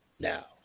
Now